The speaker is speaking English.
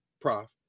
prof